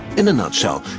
in a nutshell,